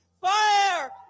Fire